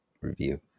review